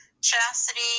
Chastity